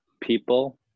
people